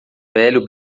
velho